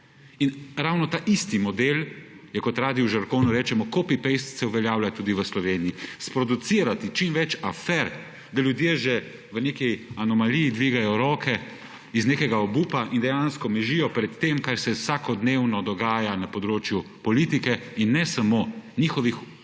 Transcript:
In ravno taisti model je, kot radi v žargonu rečemo, copy-paste, se uveljavlja tudi v Sloveniji. Sproducirati čim več afer, da ljudje že v neki anomaliji dvigajo roke iz nekega obupa in dejansko mižijo pred tem, kar se vsakodnevno dogaja na področju politike in ne samo njihovih